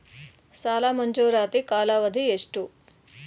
ಸಾಲ ಮಂಜೂರಾತಿ ಕಾಲಾವಧಿ ಎಷ್ಟು?